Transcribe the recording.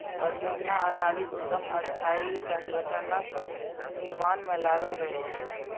परियोजना आधारित उद्यम अस्थायी संगठनक निर्माण मे लागल रहै छै